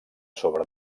sobre